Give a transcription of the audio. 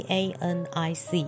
Panic